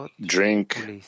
drink